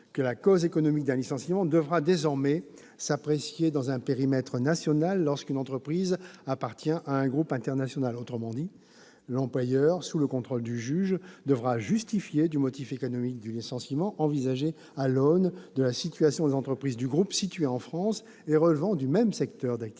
que la cause économique d'un licenciement devra désormais s'apprécier dans un périmètre national lorsqu'une entreprise appartient à un groupe international. Autrement dit, l'employeur, sous le contrôle du juge, devra justifier du motif économique du licenciement envisagé à l'aune de la situation des entreprises du groupe situées en France et relevant du même secteur d'activité.